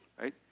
right